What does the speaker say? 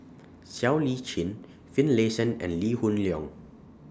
Siow Lee Chin Finlayson and Lee Hoon Leong